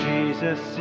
Jesus